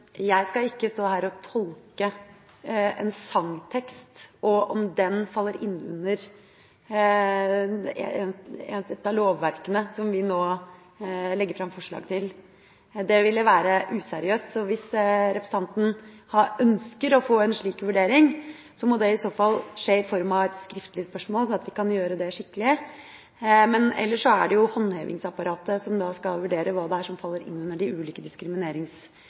Jeg skal ikke stå her og tolke en sangtekst og om den faller inn under et av lovverkene som vi nå legger fram forslag til. Det ville være useriøst, så hvis representanten ønsker å få en slik vurdering, må det i så fall skje i form av et skriftlig spørsmål, sånn at vi kan gjøre det skikkelig, men ellers er det håndhevingsapparatet som skal vurdere hva som faller inn under de ulike